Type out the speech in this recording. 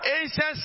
ancient